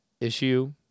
issue